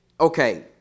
Okay